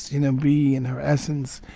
you know, be in her essence,